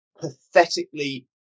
pathetically